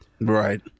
Right